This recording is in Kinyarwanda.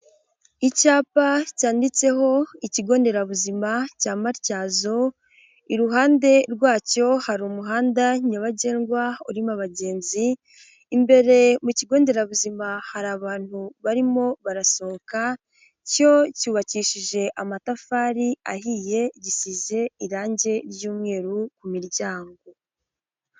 Icyapa cyanditseho ikigo nderabuzima cya Matyazo, iruhande rwacyo hari umuhanda nyabagendwa urimo abagenzi, imbere mu kigo nderabuzima hari abantu barimo barasohoka, cyo cyubakishije amatafari ahiye, gisize irangi ry'umweru ku miryango.